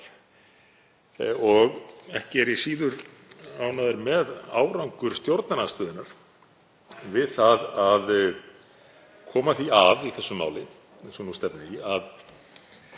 Og ekki er ég síður ánægður með árangur stjórnarandstöðunnar við að koma því að í þessu máli, eins og nú stefnir í,